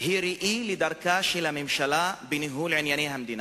היא ראי לדרכה של הממשלה בניהול ענייני המדינה,